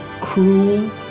cruel